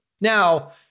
Now